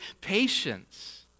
patience